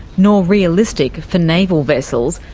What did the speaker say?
nor realistic for naval vessels,